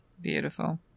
beautiful